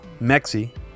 mexi